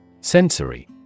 Sensory